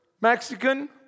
Mexican